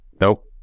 Nope